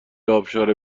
ابشار